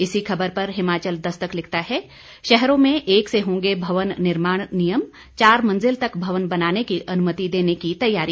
इसी खबर पर हिमाचल दस्तक लिखता है शहरों में एक से होंगे भवन निर्माण नियम चार मंजिल तक भवन बनाने की अनुमति देने की तैयारी